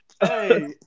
Hey